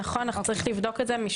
נצטרך לבדוק את זה.